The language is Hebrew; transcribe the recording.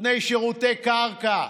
נותני שירותי קרקע,